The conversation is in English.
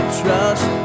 trust